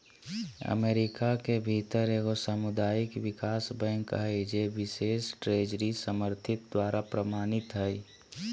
America के भीतर एगो सामुदायिक विकास बैंक हइ जे बिशेष ट्रेजरी समर्थित द्वारा प्रमाणित हइ